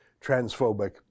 transphobic